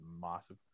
massive